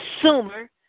consumer